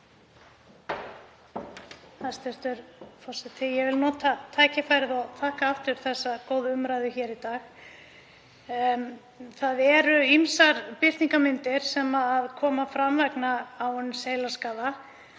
Hæstv. forseti. Ég vil nota tækifærið og þakka aftur þessa góðu umræðu hér í dag. Það eru ýmsar birtingarmyndir sem koma fram vegna ákomins heilaskaða.